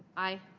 aye.